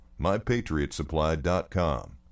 MyPatriotSupply.com